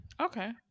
okay